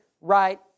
right